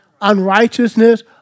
Unrighteousness